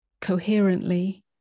coherently